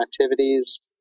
activities